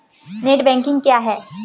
Net banking क्या है?